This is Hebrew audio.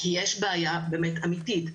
כי יש בעיה באמת אמיתית.